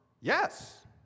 Yes